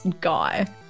guy